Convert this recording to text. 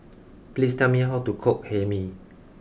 please tell me how to cook Hae Mee